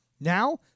Now